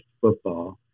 football